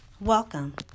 welcome